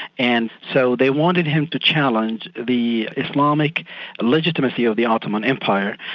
and so they wanted him to challenge the islamic legitimacy of the ottoman empire.